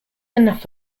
enough